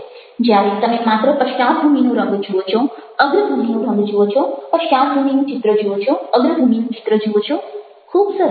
જ્યારે તમે માત્ર પશ્ચાદભૂમિનો રંગ જુઓ છો અગ્રભૂમિનો રંગ જુઓ છો પશ્ચાદભૂમિનું ચિત્ર જુઓ છો અગ્રભૂમિનું ચિત્ર જુઓ છો ખુબ સરળ